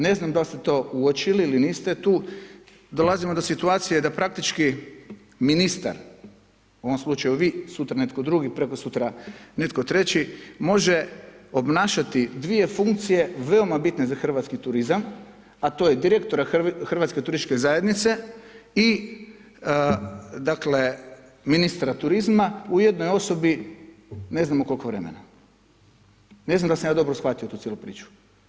Ne znam da li ste to uočili ili niste, tu dolazimo do situacije da praktički ministar u ovom slučaju vi, sutra netko drugi, prekosutra netko treći može obnašati dvije funkcije veoma bitne za hrvatski turizam, a to je direktora Hrvatske turističke zajednice i dakle, ministra turizma u jednoj osobi ne znamo koliko vremena, ne znam dal sam ja dobro shvatio tu cijelu priču.